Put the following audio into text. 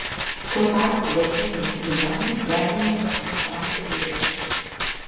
tuo tarpu gatviniai chuliganai degino demonstrantų vėliavas